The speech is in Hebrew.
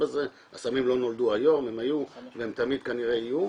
הסמים לא נולדו היום הם היו, והם תמיד כנראה יהיו.